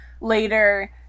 later